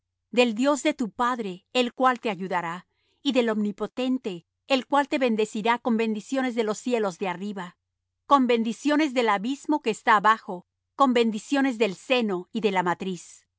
del dios de tu padre el cual te ayudará y del omnipotente el cual te bendecirá con bendiciones de los cielos de arriba con bendiciones del abismo que está abajo con bendiciones del seno y de la matriz